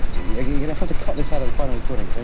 you know have to cut this out of the final recording. so